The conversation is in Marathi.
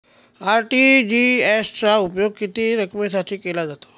आर.टी.जी.एस चा उपयोग किती रकमेसाठी केला जातो?